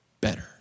better